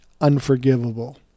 unforgivable